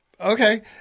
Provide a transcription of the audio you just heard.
okay